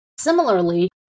Similarly